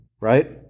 Right